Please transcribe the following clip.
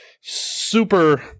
super –